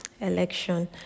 election